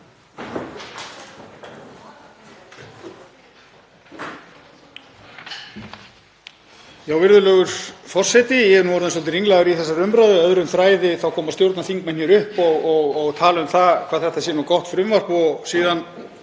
Virðulegur forseti. Ég er nú orðinn svolítið ringlaður í þessari umræðu. Öðrum þræði koma stjórnarþingmenn hér upp og tala um hvað þetta sé nú gott frumvarp en síðan